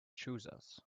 choosers